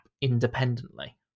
independently